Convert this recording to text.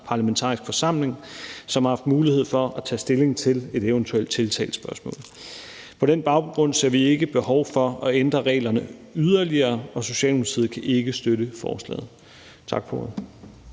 parlamentarisk forsamling, som har haft mulighed for at tage stilling til et eventuelt tiltag i spørgsmålet. På den baggrund ser vi ikke behov for at ændre reglerne yderligere, og Socialdemokratiet kan ikke støtte forslaget. Tak for